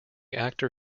actor